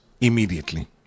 immediately